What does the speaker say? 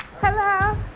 Hello